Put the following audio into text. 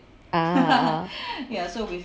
ah ah